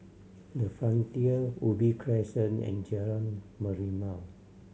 The Frontier Ubi Crescent and Jalan Merlimau